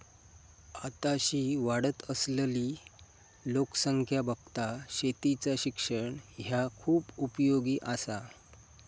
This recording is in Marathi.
आताशी वाढत असलली लोकसंख्या बघता शेतीचा शिक्षण ह्या खूप उपयोगी आसा